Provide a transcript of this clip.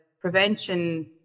prevention